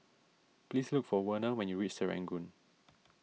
please look for Werner when you reach Serangoon